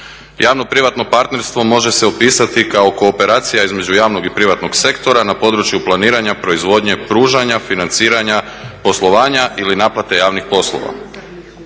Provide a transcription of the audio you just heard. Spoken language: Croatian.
Javno-privatno partnerstvo može se upisati kao kooperacija između javnog i privatnog sektora na području planiranja proizvodnje pružanja, financiranja, poslovanja ili naplate javnih poslova.